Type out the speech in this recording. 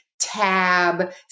Tab